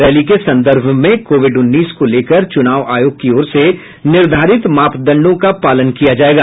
rally के संदर्भ में कोविड उन्नीस को लेकर चुनाव आयोग की ओर से निर्धारित मापडंदों का पालन किया जायेगा